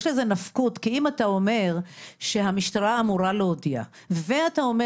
כי אם אתה אומר שהמשטרה אמורה להודיע ואתה אומר